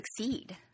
succeed